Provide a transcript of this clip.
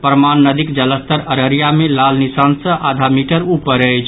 परमान नदीक जलस्तर अररिया मे लाल निशान सँ आधा मीटर ऊपर अछि